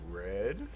red